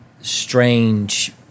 strange